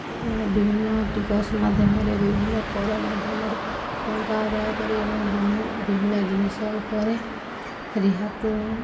ବିଭିନ୍ନ ଟିକସ ମାଧ୍ୟମରେ ବିଭିନ୍ନ କର ମାଧ୍ୟମରେ ଟଙ୍କା ଆଦାୟ କରି ଏବଂ ବିଭିନ୍ନ ଜିନିଷ ଉପରେ ରିହାତି ନେଇ